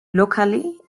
locally